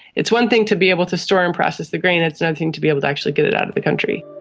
it's one thing to be able to store and process the grain, it's another thing to be able to actually get it out of the country.